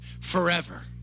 forever